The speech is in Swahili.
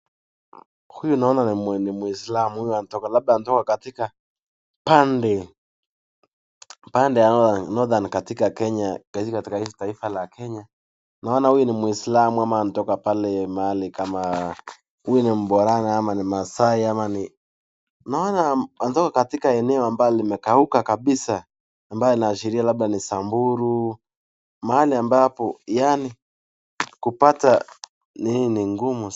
Huyu naona ni Muislamu. Huyu anatoka labda anatoka katika pande Northern katika Kenya, katika East Taifa la Kenya. Naona huyu ni Muislamu ama anatoka pale mahali kama, huyu ni Mborana ama ni Maasai ama ni naona anatoka katika eneo ambalo limekauka kabisa ambayo inaashiria labda ni Samburu. Mahali ambapo yaani kupata nini ni ngumu.